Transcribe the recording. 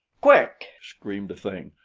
quick! screamed the thing.